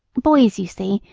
boys, you see,